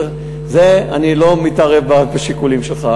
אני לא מתערב בשיקולים שלך.